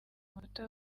amanota